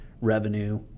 revenue